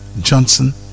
johnson